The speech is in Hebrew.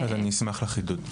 אשמח לחידוד.